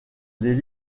les